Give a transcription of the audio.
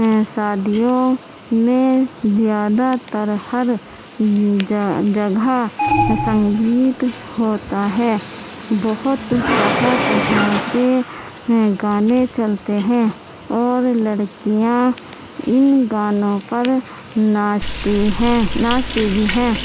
میں شادیوں میں زیادہ تر ہر جا جگہ سنگیت ہوتا ہے بہت طرح طرح کے گانے چلتے ہیں اور لڑكیاں اِن گانوں پر ناچتی ہیں ناچتی بھی ہیں